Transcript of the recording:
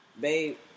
Babe